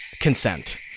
consent